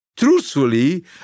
Truthfully